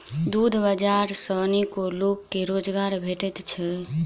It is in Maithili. दूध बाजार सॅ अनेको लोक के रोजगार भेटैत छै